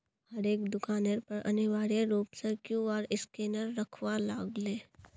हरेक दुकानेर पर अनिवार्य रूप स क्यूआर स्कैनक रखवा लाग ले